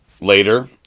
Later